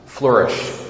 Flourish